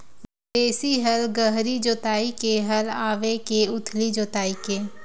देशी हल गहरी जोताई के हल आवे के उथली जोताई के?